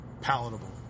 palatable